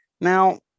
Now